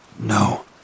No